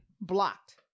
blocked